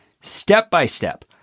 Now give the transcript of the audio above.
step-by-step